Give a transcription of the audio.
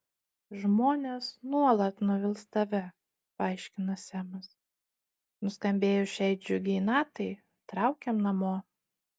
žmonės nuolat nuvils tave paaiškino semas nuskambėjus šiai džiugiai natai traukiam namo